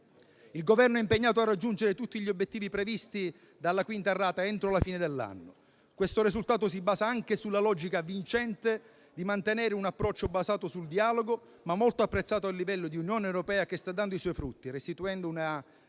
Il Governo è impegnato a raggiungere tutti gli obiettivi previsti dalla quinta rata entro la fine dell'anno. Questo risultato si basa anche sulla logica vincente di mantenere un approccio basato sul dialogo, ma molto apprezzato a livello di Unione europea, che sta dando i suoi frutti, restituendo una